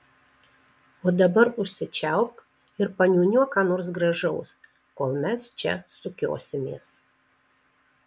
o dabar užsičiaupk ir paniūniuok ką nors gražaus kol mes čia sukiosimės